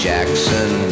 Jackson